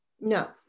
No